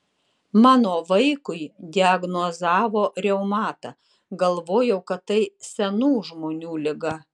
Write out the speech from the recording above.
mano vaikui diagnozavo reumatą galvojau kad tai senų žmonių liga